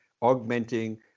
augmenting